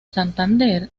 santander